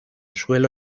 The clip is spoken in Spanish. suelo